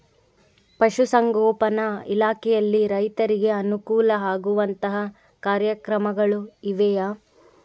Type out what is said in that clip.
ಪಶುಸಂಗೋಪನಾ ಇಲಾಖೆಯಲ್ಲಿ ರೈತರಿಗೆ ಅನುಕೂಲ ಆಗುವಂತಹ ಕಾರ್ಯಕ್ರಮಗಳು ಇವೆಯಾ?